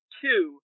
two